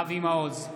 אבי מעוז,